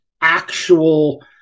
actual